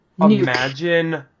imagine